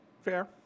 Fair